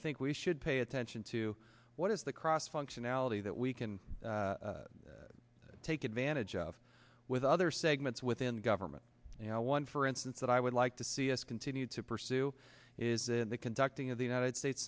think we should pay attention to what is the cross functionality that we can take advantage of with other segments within government and one for instance that i would like to see us continue to pursue is in the conducting of the united states